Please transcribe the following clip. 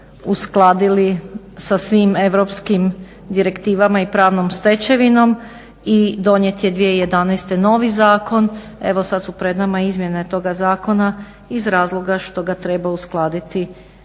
uskladili sa svim europskim direktivama i pravnom stečevinom i donijet je 2011. novi zakon. Evo sad su pred nama izmjene toga zakona iz razloga što ga treba uskladiti